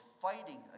fighting